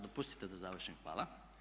Dopustite da završim, hvala.